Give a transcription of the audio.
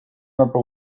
remember